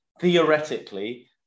theoretically